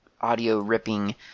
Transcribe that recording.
audio-ripping